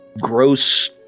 gross